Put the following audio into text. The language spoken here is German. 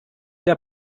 der